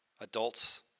adults